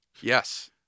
Yes